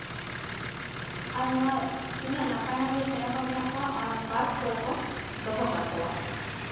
ᱟᱨ ᱱᱚᱣᱟ ᱛᱤᱱᱟᱹᱜ ᱱᱟᱯᱟᱭ ᱱᱟᱯᱟᱭ ᱪᱮᱬᱮ ᱠᱚ ᱢᱮᱱᱟᱜ ᱠᱚᱣᱟ ᱚᱱᱟ ᱯᱟᱨᱠ ᱠᱚᱨᱮ ᱠᱚ ᱫᱚᱦᱚ ᱠᱟᱠᱚᱣᱟ